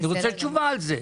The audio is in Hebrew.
אני רוצה תשובה על זה.